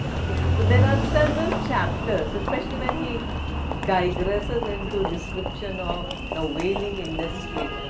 ok, so there are several chapters, especially when he digresses into description of the whaling industry,